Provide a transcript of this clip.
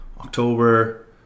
October